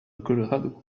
colorado